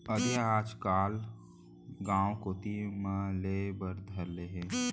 अधिया आजकल गॉंव कोती म लेय बर धर ले हें